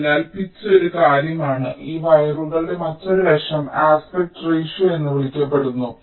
അതിനാൽ പിച്ച് ഒരു കാര്യമാണ് ഈ വയറുകളുടെ മറ്റൊരു വശം ആസ്പെക്ട് റെഷിയോ എന്ന് വിളിക്കപ്പെടുന്നു